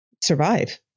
survive